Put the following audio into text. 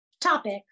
topic